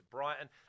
Brighton